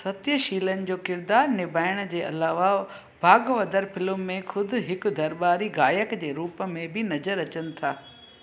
सत्यशीलन जो किरदार निभाइण जे अलावा भागवदर फिल्म में ख़ुदि हिकु दरबारी ॻाइकु जे रूप में बि नज़रु अचनि था